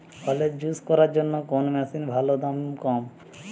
ফলের জুস করার জন্য কোন মেশিন ভালো ও দাম কম?